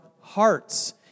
hearts